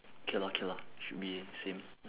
okay lor okay lor should be same